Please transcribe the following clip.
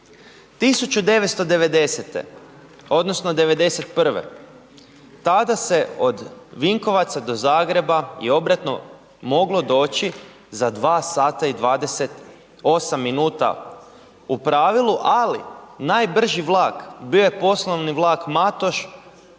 1990., odnosno 91., tada se od Vinkovaca do Zagreba i obratno moglo doći za 2 h i 28 minuta u pravilu, ali najbrži vlak bio je poslovni vlak Matoš